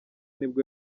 nibwo